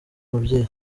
ababyeyi